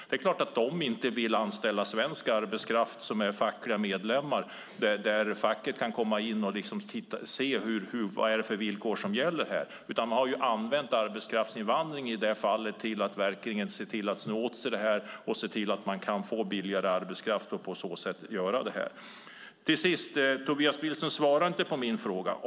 Det är klart att de företagen inte vill anställa svensk arbetskraft som är fackliga medlemmar, där facket kan komma in och se vilka villkor som gäller, utan man har i det här fallet använt arbetskraftsinvandring för att se till att sno åt sig detta och se till att få billigare arbetskraft och göra det man gör. Tobias Billström svarade inte på min fråga.